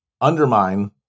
undermine